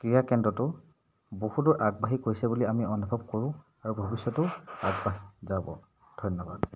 ক্ৰীড়াকেন্দ্ৰটো বহুদূৰ আগবাঢ়ি গৈছে বুলি আমি অনুভৱ কৰোঁ আৰু ভৱিষ্যতেও আগবাঢ়ি যাব ধন্যবাদ